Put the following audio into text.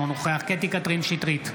אינו נוכח קטי קטרין שטרית,